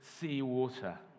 seawater